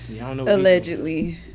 Allegedly